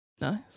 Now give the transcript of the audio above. nice